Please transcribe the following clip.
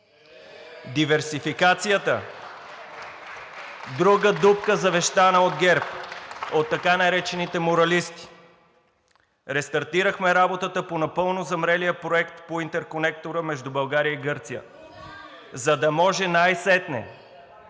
Диверсификацията – друга дупка, завещана от ГЕРБ, от така наречените моралисти. Рестартирахме работата по напълно замрелия проект по интерконектора между България и Гърция, за да може най-сетне,